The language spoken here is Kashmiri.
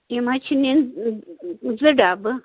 یِم حَظ چھِ نِن زٕ ڈبہٕ